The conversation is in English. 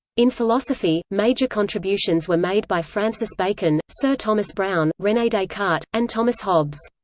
in philosophy, major contributions were made by francis bacon, sir thomas browne, rene descartes, and thomas hobbes.